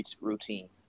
routine